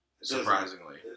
surprisingly